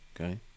okay